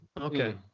Okay